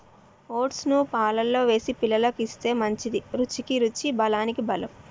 oats ను పాలల్లో వేసి పిల్లలకు ఇస్తే మంచిది, రుచికి రుచి బలానికి బలం